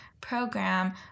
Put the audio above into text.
program